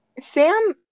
Sam